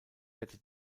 hätte